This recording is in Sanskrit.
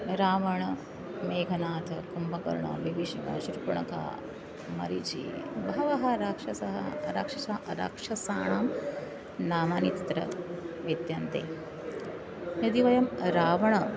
रावणः मेघनाथः कुम्भकर्णः विभीषणः शूर्पनखा मारीचः बहवः राक्षसः राक्षसानां राक्षसानां नामानि तत्र विद्यन्ते यदि वयं रावणं